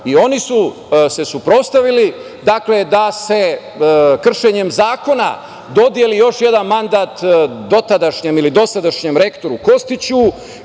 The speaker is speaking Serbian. i oni su se suprotstavili da se kršenjem zakona dodeli još jedan mandat dotadašnjem ili dosadašnjem rektoru Kostiću.